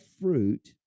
fruit